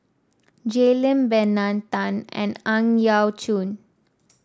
Jay Lim Bernard Tan and Ang Yau Choon